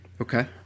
Okay